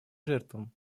жертвам